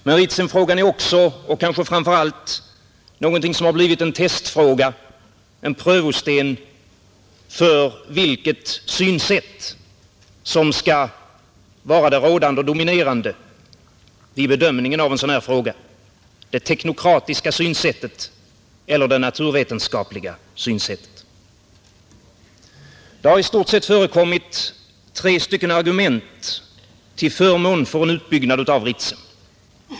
Men Ritsemutbyggnaden är också och har kanske framför allt blivit en testfråga, en prövosten för vilket synsätt som skall vara det rådande och dominerande i bedömningen av ett sådant här ärende: det teknokratiska synsättet eller det naturvetenskapliga. Det har förekommit i stort sett tre argument till förmån för en utbyggnad av Ritsem.